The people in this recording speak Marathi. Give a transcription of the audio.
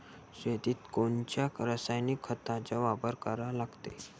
शेतीत कोनच्या रासायनिक खताचा वापर करा लागते?